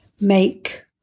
make